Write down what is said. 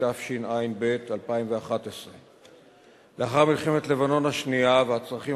התשע"ב 2011. לאחר מלחמת לבנון השנייה והצרכים